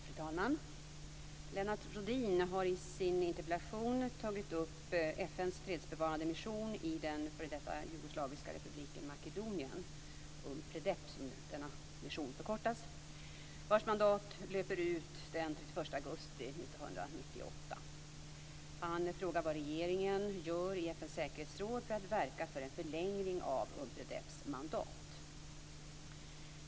Fru talman! Lennart Rohdin har i sin interpellation tagit upp FN:s fredsbevarande mission i den f.d. jugoslaviska republiken Makedonien, Unpredep, vars mandat löper ut den 31 augusti 1998. Han frågar vad den svenska regeringen gör i FN:s säkerhetsråd för att verka för en förlängning av Unpredeps mandat.